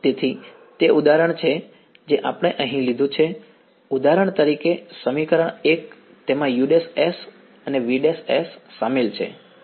તેથી તે ઉદાહરણ છે જે આપણે અહીં લીધું છે ઉદાહરણ તરીકે આ સમીકરણ 1 તેમાં us અને vs સામેલ છે ઓકે